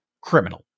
criminal